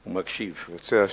הוא מקשיב, אם ירצה השם.